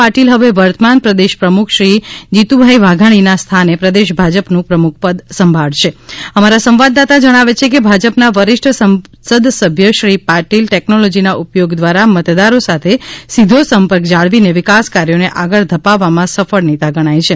પાટીલ હવે વર્તમાન પ્રદેશ પ્રમુખ શ્રી જીતુભાઇ વાઘાણીના સ્થાને પ્રદેશ ભાજપનું પ્રમુખ પદ સંભાળશે અમારા સંવાદદાતા જણાવે છે કે ભાજપના વરિષ્ઠ સંસદસભ્ય શ્રી પાટીલ ટેક્નોલોજીના ઉપયોગ દ્વારા મતદારી સાથે સીધી સંપર્ક જાળવીને વિકાસ કાર્યોને આગળ ધપાવવામાં સફળ નેતા ગણાય છે